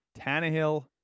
Tannehill